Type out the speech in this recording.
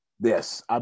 Yes